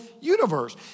universe